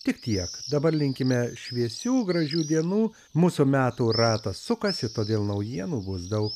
tik tiek dabar linkime šviesių gražių dienų mūsų metų ratas sukasi todėl naujienų bus daug